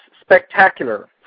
Spectacular